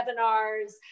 webinars